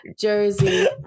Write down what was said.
Jersey